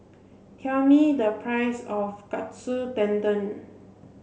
tell me the price of Katsu Tendon